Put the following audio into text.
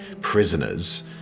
prisoners